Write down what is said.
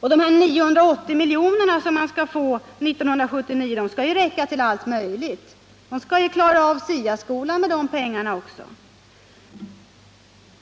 Och de 980 miljonerna, som kommunerna skall få 1979, skall ju räcka till allt möjligt. Kommunerna skall klara av SIA skolan med de pengarna också.